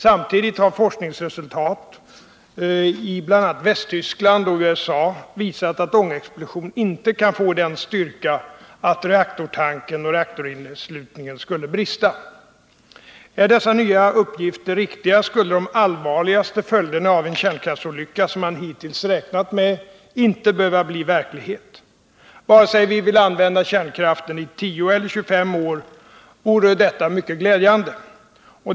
Samtidigt har forskningsresultat i bl.a. Västtyskland och USA visat att en ångexplosion inte kan få den styrka att reaktortanken och reaktorinneslutningen skulle brista. Är dessa nya uppgifter riktiga, skulle de allvarligaste följderna av en kärnkraftsolycka vilka man hittills räknat med inte behöva bli verklighet. Vare sig vi vill använda kärnkraften i 10 eller 25 år vore detta mycket glädjande.